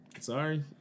Sorry